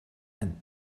and